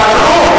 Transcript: אתה כלום.